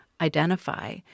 identify